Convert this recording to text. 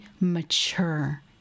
mature